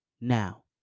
now